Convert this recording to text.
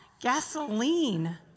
Gasoline